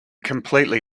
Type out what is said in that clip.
completely